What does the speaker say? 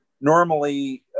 normally